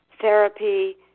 therapy